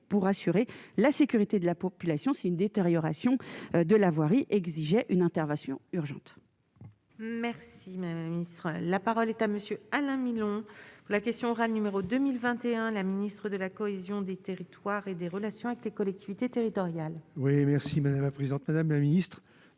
pour assurer la sécurité de la population, c'est une détérioration de la voirie exigeait une intervention urgente. Merci. La parole est à monsieur Alain Milon la question orale, numéro 2021, la ministre de la cohésion des territoires et des relations avec les collectivités territoriales. Oui merci madame la présidente, madame la ministre,